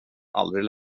aldrig